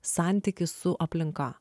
santykį su aplinka